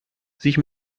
sich